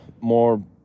more